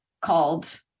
called